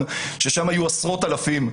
אז יהיו עשרות אלפים.